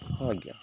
ହଁ ଆଜ୍ଞା